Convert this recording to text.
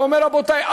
ואומר: רבותי,